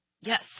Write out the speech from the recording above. Yes